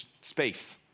space